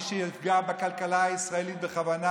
מי שיפגע בכלכלה הישראלית בכוונה,